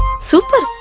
super!